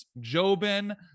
Jobin